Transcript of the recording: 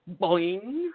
Boing